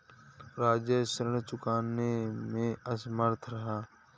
राजेश ऋण चुकाने में असमर्थ रहा